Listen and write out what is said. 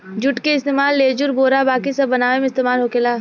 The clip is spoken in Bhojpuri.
जुट के इस्तेमाल लेजुर, बोरा बाकी सब बनावे मे इस्तेमाल होखेला